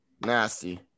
Nasty